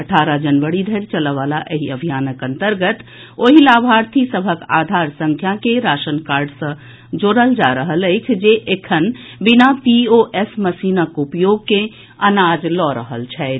अठारह जनवरी धरि चलयवला एहि अभियानक अन्तर्गत ओहि लाभार्थी सभक आधार संख्या के राशन कार्ड सँ जोड़ल जा रहल अछि जे एखन बिना पीओएस मशीनक उपयोग के अनाज लऽ रहल छथि